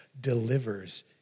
delivers